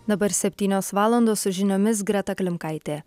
dabar septynios valandos su žiniomis greta klimkaitė